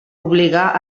obligà